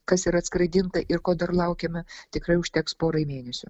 kas yra atskraidinta ir ko dar laukiame tikrai užteks porai mėnesių